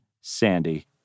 Sandy